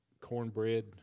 cornbread